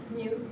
new